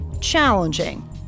challenging